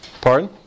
Pardon